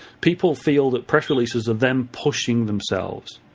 people feel that press releases are them pushing themselves.